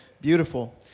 Beautiful